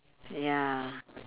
ya